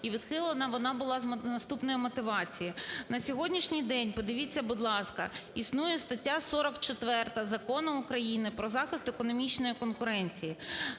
І відхилена вона була з наступної мотивації. На сьогоднішній день, подивіться, будь ласка, існує стаття 44 Закону України "Про захист економічної конкуренції".